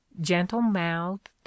gentle-mouthed